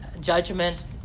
Judgment